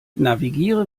navigiere